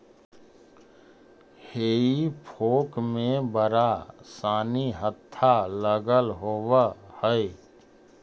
हेई फोक में बड़ा सानि हत्था लगल होवऽ हई